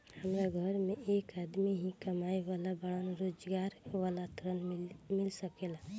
हमरा घर में एक आदमी ही कमाए वाला बाड़न रोजगार वाला ऋण मिल सके ला?